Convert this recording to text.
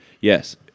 Yes